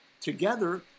together